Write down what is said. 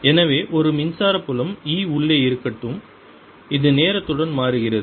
எனவே ஒரு மின்சார புலம் E உள்ளே இருக்கட்டும் இது நேரத்துடன் மாறுகிறது